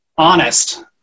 Honest